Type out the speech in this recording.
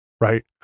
right